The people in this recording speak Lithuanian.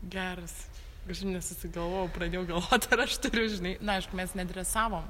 geras kažkaip nesusigalvojau pradėjau galvot ar aš turiu žinai na aišku mes nedresavom